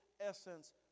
essence